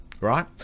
Right